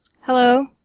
Hello